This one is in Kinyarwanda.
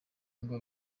ngo